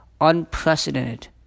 unprecedented